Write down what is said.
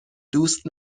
دوست